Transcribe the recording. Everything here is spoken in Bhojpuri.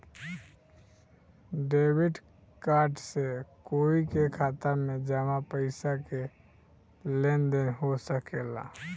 डेबिट कार्ड से कोई के खाता में जामा पइसा के लेन देन हो सकेला